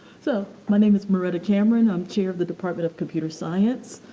so, my name is marietta cameron. i'm chair of the department of computer science.